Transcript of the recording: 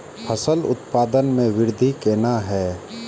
फसल उत्पादन में वृद्धि केना हैं?